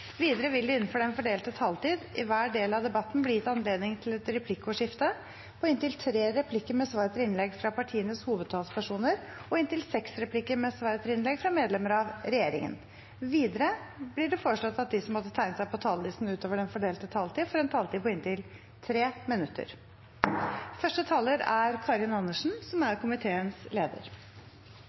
Videre vil det – innenfor den fordelte taletid – i hver del av debatten bli gitt anledning til inntil tre replikker med svar etter innlegg fra partienes hovedtalspersoner og inntil seks replikker med svar etter innlegg fra medlemmer av regjeringen. Videre vil de som måtte tegne seg på talerlisten utover den fordelte taletid, få en taletid på inntil 3 minutter.